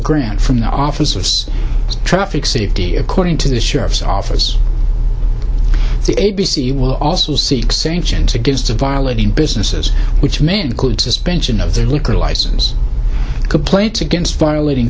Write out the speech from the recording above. grant from the office of traffic safety according to the sheriff's office the a b c will also seek sanctions against a violating businesses which may include suspension of their liquor license complaints against violating